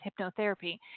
hypnotherapy